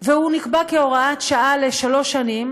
והוא נקבע כהוראת שעה לשלוש שנים,